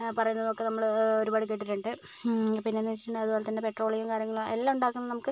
പറയുന്നതൊക്കെ നമ്മൾ ഒരുപാട് കേട്ടിട്ടുണ്ട് പിന്നെയെന്ന് വെച്ചിട്ടുണ്ടെങ്കിൽ അതുപോലെ തന്നെ പെട്രോളിയം കാര്യങ്ങൾ എല്ലാം ഉണ്ടാക്കുന്നത് നമുക്ക്